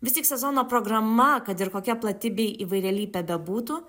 vis tik sezono programa kad ir kokia plati bei įvairialypė bebūtų